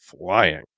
flying